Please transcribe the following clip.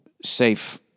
safe